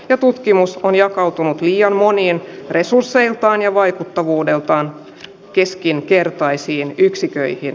ja tutkimus on jakautunut liian monien resursseiltaan ja vaikuttavuudeltaan keskinkertaisiin yksiköihin